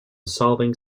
solving